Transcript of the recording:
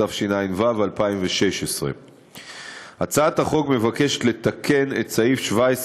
התשע"ז 2016. הצעת החוק מבקשת לתקן את סעיף 17